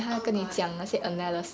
oh god I hate poem